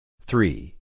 Three